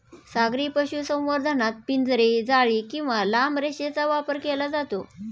सागरी पशुसंवर्धनात पिंजरे, जाळी किंवा लांब रेषेचा वापर केला जातो